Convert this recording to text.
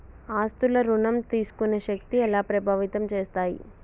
ఆస్తుల ఋణం తీసుకునే శక్తి ఎలా ప్రభావితం చేస్తాయి?